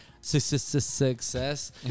success